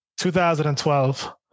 2012